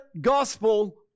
gospel